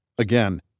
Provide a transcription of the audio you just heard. Again